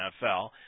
NFL